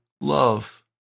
love